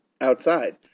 outside